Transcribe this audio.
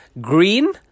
Green